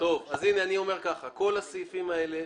הסעיפים האלה,